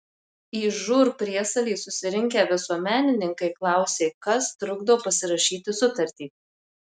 į žūr priesalį susirinkę visuomenininkai klausė kas trukdo pasirašyti sutartį